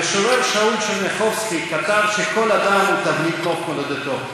המשורר שאול טשרניחובסקי כתב שכל אדם הוא "תבנית נוף מולדתו".